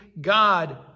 God